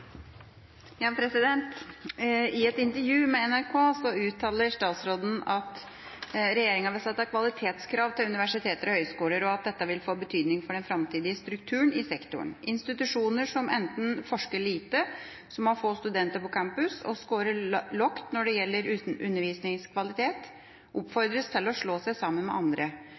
universiteter og høgskoler, og at dette vil få betydning for den framtidige strukturen i sektoren. Institusjoner som enten forsker lite, som har få studenter på campus eller skårer lavt når det gjelder undervisningskvalitet, oppfordres til å slå seg sammen med andre.